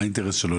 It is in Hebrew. מה האינטרס שלו,